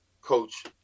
coach